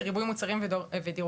הוא ריבוי מוצרים בדירוגים,